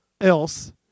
else